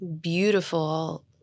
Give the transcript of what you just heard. beautiful